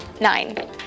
Nine